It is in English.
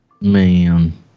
man